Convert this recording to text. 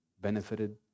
benefited